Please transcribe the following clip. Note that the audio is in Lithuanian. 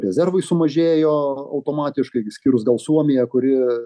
rezervai sumažėjo automatiškai išskyrus gal suomiją kuri